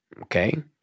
okay